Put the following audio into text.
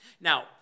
Now